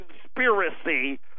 conspiracy